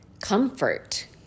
comfort